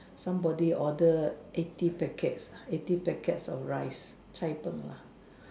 somebody ordered eighty packets eighty packets of rice cai-png lah